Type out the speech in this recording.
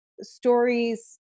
stories